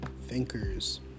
thinkers